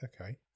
Okay